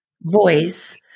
voice